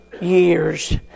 years